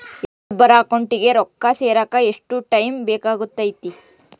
ಇನ್ನೊಬ್ಬರ ಅಕೌಂಟಿಗೆ ರೊಕ್ಕ ಸೇರಕ ಎಷ್ಟು ಟೈಮ್ ಬೇಕಾಗುತೈತಿ?